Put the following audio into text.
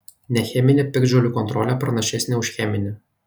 necheminė piktžolių kontrolė pranašesnė už cheminę